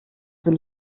will